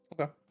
Okay